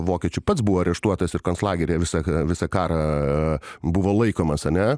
vokiečių pats buvo areštuotas ir konclageryje visa visą karą buvo laikomas ane